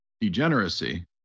degeneracy